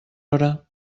hora